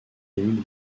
émile